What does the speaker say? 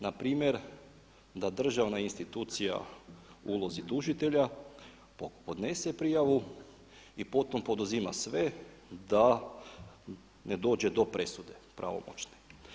Npr. da državna institucija u ulozi tužitelja podnese prijavu i potom poduzima sve da ne dođe do presude pravomoćne.